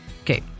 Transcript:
Okay